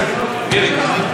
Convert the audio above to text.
השרה.